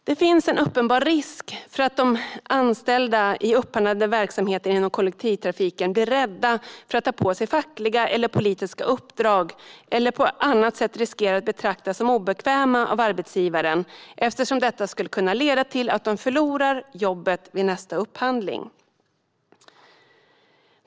Det finns en uppenbar risk för att anställda i upphandlade verksamheter inom kollektivtrafiken blir rädda för att ta på sig fackliga eller politiska uppdrag eller på annat sätt riskera att betraktas som obekväma av arbetsgivaren eftersom detta skulle kunna leda till att de förlorar jobbet vid nästa upphandling.